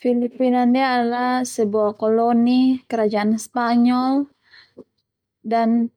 Filipina ndia ala sebuah koloni kerajaan Spanyol dan